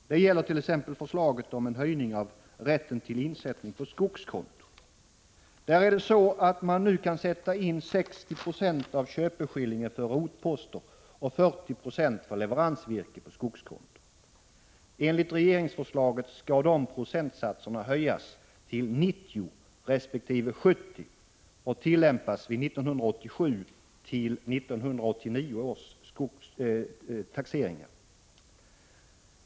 Det gäller t.ex. förslaget om en utökning av rätten till insättning på skogskonto. Man kan nu sätta in 60 926 av köpeskillingen för rotposter och 40 Jo för leveransvirke på skogskonto. Enligt regeringsförslaget skall de procentsatserna höjas till 90 resp. 70 och tillämpas vid 1987-1989 års 155 taxeringar.